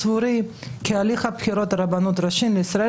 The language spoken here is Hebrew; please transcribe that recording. סבורני כי הליך הבחירות לרבנות הראשית לישראל